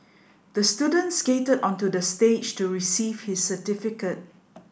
the student skated onto the stage to receive his certificate